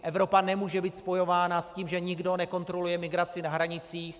Evropa nemůže být spojována s tím, že nikdo nekontroluje migraci na hranicích.